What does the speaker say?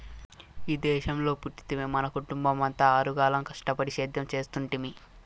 ఈ దేశంలో పుట్టితిమి మన కుటుంబమంతా ఆరుగాలం కష్టపడి సేద్యం చేస్తుంటిమి